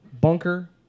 bunker